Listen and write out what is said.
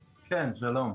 כן, שלום.